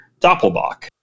Doppelbach